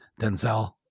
Denzel